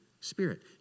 Spirit